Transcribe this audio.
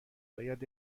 باید